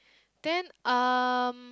then um